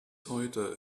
heute